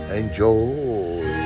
enjoy